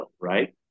right